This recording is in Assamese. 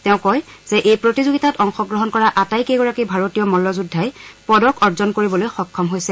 তেওঁ কয় যে এই প্ৰতিযোগিতাত অংশগ্ৰহণ কৰা আটাইকেইগৰাকী ভাৰতীয় মল্লযোদ্ধাই পদক অৰ্জন কৰিবলৈ সক্ষম হৈছে